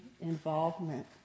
involvement